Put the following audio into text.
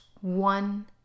one